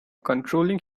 controlling